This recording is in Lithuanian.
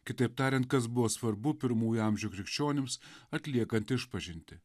kitaip tariant kas buvo svarbu pirmųjų amžių krikščionims atliekant išpažintį